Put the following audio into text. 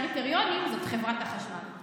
של חברת הכנסת נעמה לזימי.